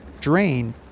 drain